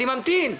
אני ממתין.